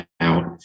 out